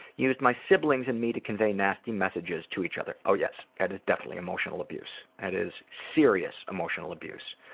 used my siblings and me to convey nasty messages to each other. oh yes. that is definitely emotional abuse. that is serious emotional abuse.